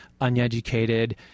uneducated